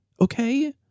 Okay